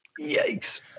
Yikes